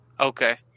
Okay